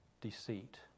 deceit